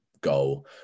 goal